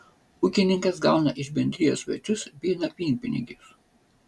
ūkininkas gauna iš bendrijos svečius bei nakvynpinigius